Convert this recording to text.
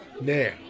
Now